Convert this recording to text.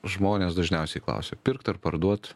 žmonės dažniausiai klausia pirkt ar parduot